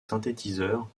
synthétiseurs